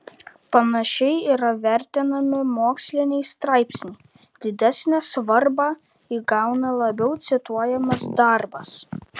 panašiai yra vertinami moksliniai straipsniai didesnę svarbą įgauna labiau cituojamas darbas